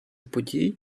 подій